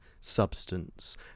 substance